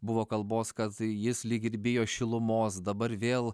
buvo kalbos kad jis lyg ir bijo šilumos dabar vėl